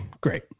great